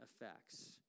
effects